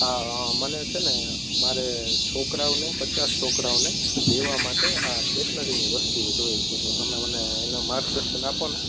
હા હા મને છે ને મારે છોકરાઓને પચાસ છોકરાઓને દેવા માટે આ સ્ટેશનરીની વસ્તુઓ જોઈએ છે તો તમે મને એનાં માર્ગદર્શન આપો ને